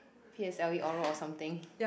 p_s_l_e oral or something